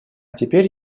теперь